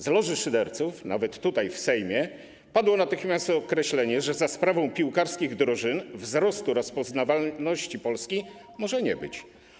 Z loży szyderców, nawet tutaj w Sejmie, padło natychmiast określenie, że za sprawą piłkarskich drużyn wzrostu rozpoznawalności Polski może nie być.